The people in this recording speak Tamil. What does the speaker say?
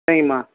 சரிம்மா